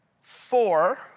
Four